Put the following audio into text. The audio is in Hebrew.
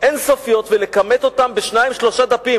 אין-סופיות ולכמת אותן בשניים-שלושה דפים,